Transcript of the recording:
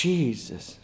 Jesus